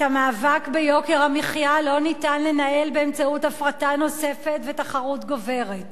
את המאבק ביוקר המחיה לא ניתן לנהל באמצעות הפרטה נוספת ותחרות גוברת.